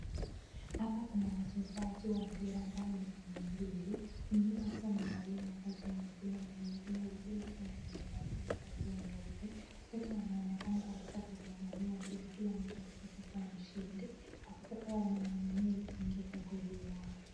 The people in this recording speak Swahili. Hapa kuna wachezaji wa mpira ambao ni timu mbili , wengine wakiwa wamevalia mavazi ya nyekundu na mwingine, mwingine akiwa amevalia mavazi ya nyeupe wote wanaonekana kabisa kung'ang'ania mpira kila mtu akitaka kuwa mshindi wakitaka wanang'ang'ania isingie kwa goli yao.